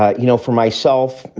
ah you know, for myself,